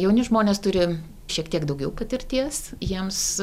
jauni žmonės turi šiek tiek daugiau patirties jiems